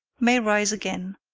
may rise again.